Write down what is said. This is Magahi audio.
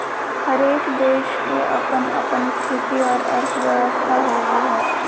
हरेक देश के अपन अपन स्थिति और अर्थव्यवस्था होवो हय